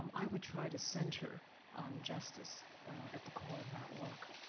i would try to center justice at the core of that work.